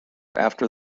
after